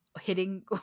hitting